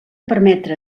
permetre